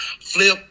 flip